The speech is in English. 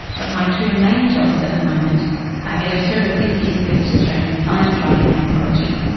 but my two main jobs at the moment are editor of this year's best australian science writing anthology,